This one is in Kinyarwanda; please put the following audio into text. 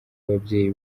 y’ababyeyi